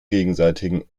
gegenseitigen